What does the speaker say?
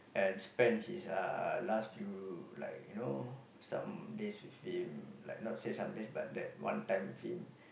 and spend his uh last few like you know some days with him like not say some days but that one time with him